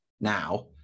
now